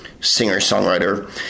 singer-songwriter